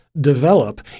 develop